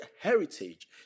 heritage